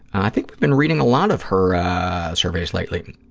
i think we've been reading a lot of her surveys lately.